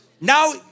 now